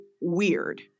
weird